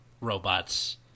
robots